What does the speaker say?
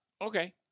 Okay